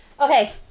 Okay